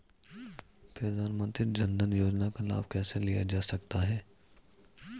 प्रधानमंत्री जनधन योजना का लाभ कैसे लिया जा सकता है?